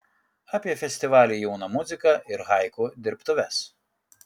apie festivalį jauna muzika ir haiku dirbtuves